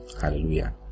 Hallelujah